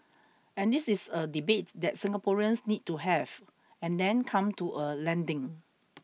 and this is a debate that Singaporeans need to have and then come to a landing